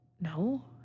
no